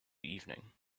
evening